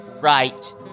right